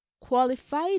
Qualified